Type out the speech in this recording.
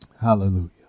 Hallelujah